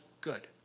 good